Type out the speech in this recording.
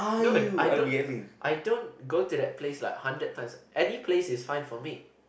no I don't I don't go to that place like hundred times any place is fine for me